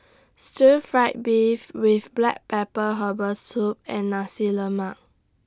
Stir Fried Beef with Black Pepper Herbal Soup and Nasi Lemak